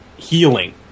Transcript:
healing